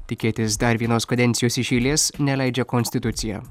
tikėtis dar vienos kadencijos iš eilės neleidžia konstitucija